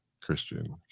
Christian